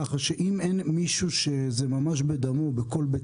כך שאם אין מישהו שזה ממש בדמו בכל בית